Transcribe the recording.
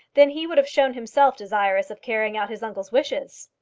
then he would have shown himself desirous of carrying out his uncle's wishes.